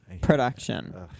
Production